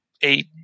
eight